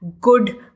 good